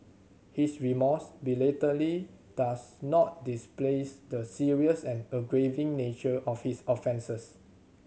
his remorse belatedly does not displace the serious and aggravating nature of his offences